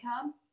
come